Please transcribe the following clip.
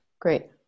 Great